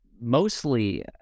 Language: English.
mostly